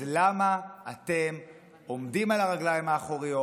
אז למה אתם עומדים על הרגליים האחוריות